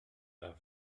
are